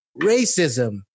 racism